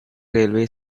railway